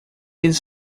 eles